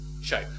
Shape